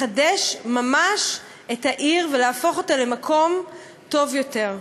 לחדש ממש את העיר ולהפוך אותה למקום טוב יותר.